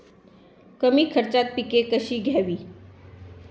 कमी खर्चात पिके कशी घ्यावी?